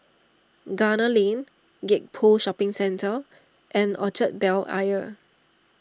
Gunner Lane Gek Poh Shopping Centre and Orchard Bel Air